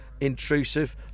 intrusive